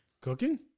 Cooking